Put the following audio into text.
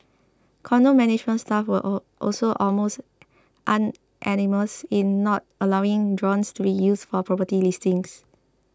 condo management staff were all also almost unanimous in not allowing drones to be used for property listings